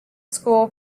school